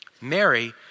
Mary